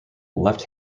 left